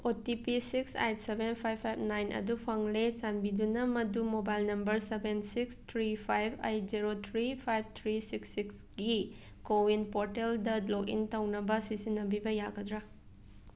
ꯑꯣ T P six eight seven five five nine ꯑꯗꯨ ꯐꯪꯂꯦ ꯆꯥꯟꯕꯤꯗꯨꯅ ꯃꯗꯨ mobile number seven six three five eight zero three five three six ꯁꯤꯛꯁꯀꯤ CoWIN ꯄꯣꯔꯇꯦꯜꯗ ꯂꯣꯒꯏꯟ ꯇꯧꯅꯕ ꯁꯤꯖꯤꯟꯅꯕꯤꯕ ꯌꯥꯒꯗ꯭ꯔꯥ